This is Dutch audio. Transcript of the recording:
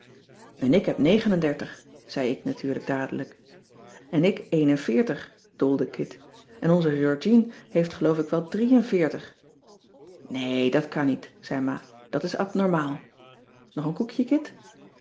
en ik heb negen en dertig zei ik natuurlijk dadelijk en ik een en veertig dolde kit en onze georgien heeft geloof ik wel drie en veertig nee dat kan niet zei ma dat is abnormaal nog een koekje kit